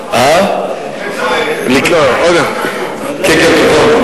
עשר דקות,